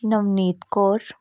Navneet Kaur